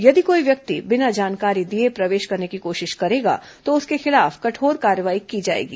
यदि कोई व्यक्ति बिना जानकारी दिए प्रवेश करने की कोशिश करेगा तो उसके खिलाफ कठोर कार्रवाई की जाएगी